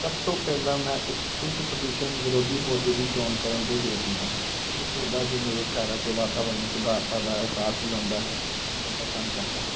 ਸਭ ਤੋਂ ਪਹਿਲਾਂ ਮੈਂ ਇੱਕ ਸੂਤ ਪ੍ਰਦੂਸ਼ਣ ਵਿਰੋਧੀ ਪੌਦੇ ਦੀ ਚੋਣ ਕਰਨ 'ਤੇ ਜੋਰ ਦਿੰਦਾ ਹਾਂ ਉਹ ਪੌਦਾ ਜੋ ਮੇਰੇ ਘਰ ਅਤੇ ਵਾਤਾਵਰਣ ਨੂੰ ਸੁਧਾਰਤਾ ਦਾ ਅਹਿਸਾਸ ਦਿਲਾਉਂਦਾ ਹੈ ਮੈਨੂੰ ਪਸੰਦ ਕਰਦਾ ਹੈ